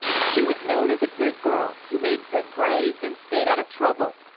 she was known as a good girl who made good grades and stayed out of trouble.